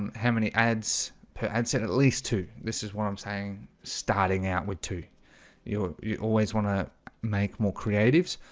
um how many ads per handset at at least two this is what i'm saying? starting out with two you you always want to make more creatives